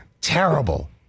terrible